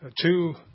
two